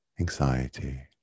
anxiety